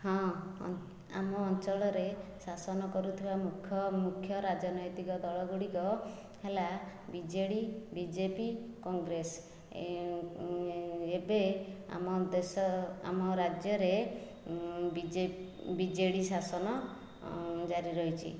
ହଁ ଆମ ଅଞ୍ଚଳରେ ଶାସନ କରୁଥିବା ମୁଖ ମୁଖ୍ୟ ରାଜନୈତିକ ଦଳ ଗୁଡ଼ିକ ହେଲା ବିଜେଡ଼ି ବିଜେପି କଂଗ୍ରେସ ଏବେ ଆମ ଦେଶ ଆମ ରାଜ୍ୟରେ ବିଜେଡ଼ି ଶାସନ ଜାରି ରହିଛି